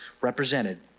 represented